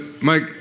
Mike